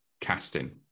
casting